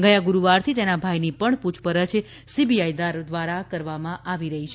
ગયા ગુરુવારથી તેના ભાઈની પણ પૂછપરછ સીબીઆઈ દ્વારા કરવામાં આવી રહી છે